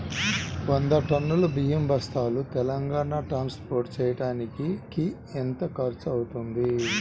వంద టన్నులు బియ్యం బస్తాలు తెలంగాణ ట్రాస్పోర్ట్ చేయటానికి కి ఎంత ఖర్చు అవుతుంది?